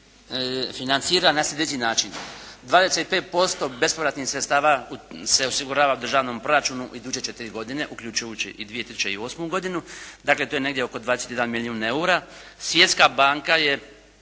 financira na sljedeći način: 25% bespovratnih sredstava se osigurava državnom proračunu u iduće 4 godine uključujući i 2008. godinu. Dakle to je negdje oko 21 milijun EUR-a.